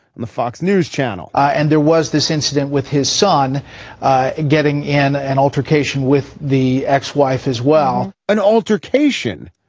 and the fox news channel and there was this incident with his son getting in an altercation with the ex-wife as well an altercation,